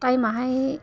टाइमाहाय